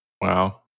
Wow